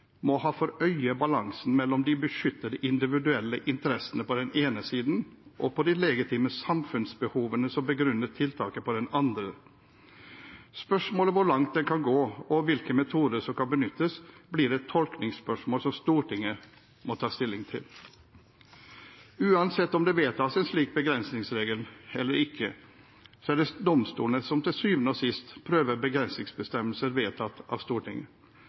må ha for øye balansen mellom de beskyttede individuelle interessene på den ene siden og de legitime samfunnsbehovene som begrunner tiltaket, på den andre siden. Spørsmålet om hvor langt en kan gå, og hvilken metode som kan benyttes, blir et tolkningsspørsmål som Stortinget må ta stilling til. Uansett om det vedtas en slik begrensningsregel eller ikke, er det domstolene som til syvende og sist prøver begrensningsbestemmelser vedtatt av Stortinget.